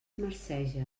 marceja